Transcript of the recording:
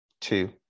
two